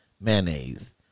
Mayonnaise